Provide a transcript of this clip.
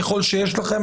ככל שיש לכם?